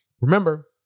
Remember